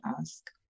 ask